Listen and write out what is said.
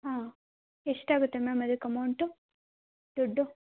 ಹಾಂ ಎಷ್ಟು ಆಗುತ್ತೆ ಮ್ಯಾಮ್ ಅದಕ್ಕೆ ಅಮೌಂಟು ದುಡ್ಡು